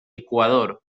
ecuador